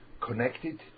connected